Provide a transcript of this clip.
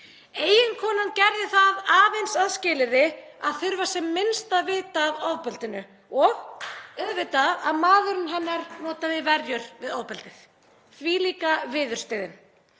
Eiginkonan gerði það aðeins að skilyrði að þurfa sem minnst að vita af ofbeldinu og auðvitað að maðurinn hennar notaði verjur við ofbeldið. Þvílíka viðurstyggðin.